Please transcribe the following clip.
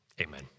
amen